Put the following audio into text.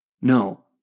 No